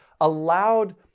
allowed